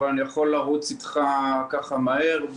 אבל אני יכול לרוץ על זה שוב במהירות,